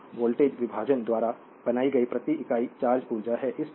तो वोल्टेज विभाजन द्वारा बनाई गई प्रति इकाई चार्ज ऊर्जा है